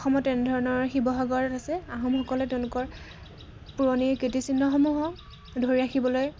অসমত তেনেধৰণৰ শিৱসাগৰত আছে আহোমসকলে তেওঁলোকৰ পুৰণি কীৰ্তিচিহ্নসমূহো ধৰি ৰাখিবলৈ